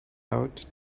lot